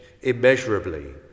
immeasurably